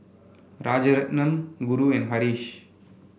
Rajaratnam Guru and Haresh